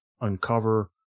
uncover